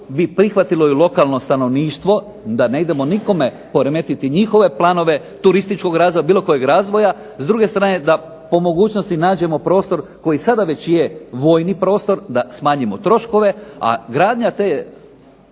bi prihvatilo i lokalno stanovništvo, da ne idemo nikome poremetiti njihove planove turističkog razvoja, bilo kojeg razloga, a s druge strane da po mogućnosti nađemo prostor koji sada već je vojni prostor, da smanjimo troškove, a gradnja te